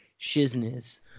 shizness